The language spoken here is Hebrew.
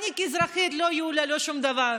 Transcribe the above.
אני כאזרחית, לא יוליה, לא שום דבר,